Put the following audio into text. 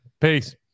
peace